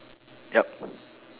yup